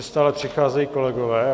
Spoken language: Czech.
Stále přicházejí kolegové.